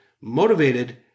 motivated